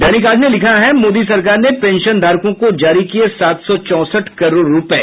दैनिक आज ने लिखा है मोदी सरकार ने पेंशनधारकों को जारी किये सात सौ चौंसठ करोड़ रूपये